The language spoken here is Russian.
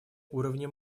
уровня